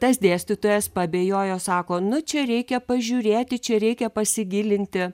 tas dėstytojas paabejojo sako nu čia reikia pažiūrėti čia reikia pasigilinti